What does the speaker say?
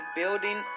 building